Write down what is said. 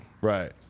Right